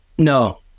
No